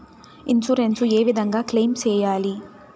Insurance ఏ విధంగా claim సేయాలి?